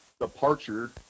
departure